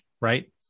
right